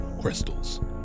crystals